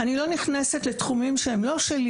אני לא נכנסת לתחומים שהם לא שלי